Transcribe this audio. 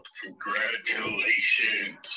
Congratulations